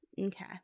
Okay